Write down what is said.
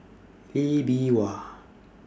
Lee Bee Wah